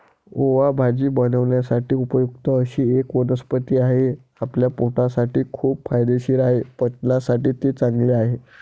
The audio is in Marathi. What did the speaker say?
ओवा भाजी बनवण्यासाठी उपयुक्त अशी एक वनस्पती आहे, आपल्या पोटासाठी खूप फायदेशीर आहे, पचनासाठी ते चांगले आहे